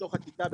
בתוך הכיתה,